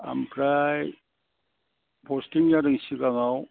ओमफ्राय फसथिं जादों सिगाङाव